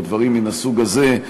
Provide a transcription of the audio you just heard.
או דברים מן הסוג הזה,